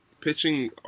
Pitching